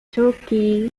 turkey